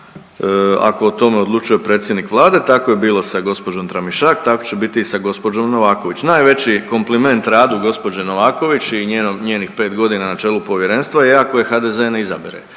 ako o tome odlučuje predsjednik Vlade, tako je bilo sa gospođom Tramišak, tako će biti i sa gospođom Novaković. Najveći kompliment radu gospođe Novaković i njenih pet godina na čelu povjerenstva je ako je HDZ ne izabere